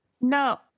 No